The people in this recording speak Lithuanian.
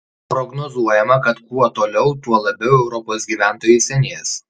prognozuojama kad kuo toliau tuo labiau europos gyventojai senės